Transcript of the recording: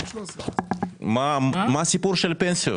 מה הסיפור של הפנסיות?